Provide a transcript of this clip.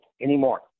anymore